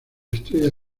estrella